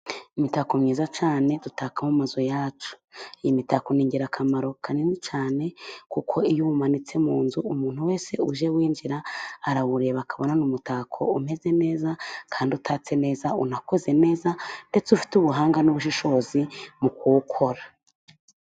Imitako myiza cyane dutaka mu mazu yacu. Imitako ni ingirakamaro kanini cyane， kuko iyo umanitse mu nzu， umuntu wese uje winjira arawureba akabona umutako umeze neza， kandi utatse neza，unakoze neza， ndetse ufite ubuhanga n'ubushishozi mu kuwukora.